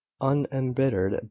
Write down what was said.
unembittered